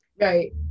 Right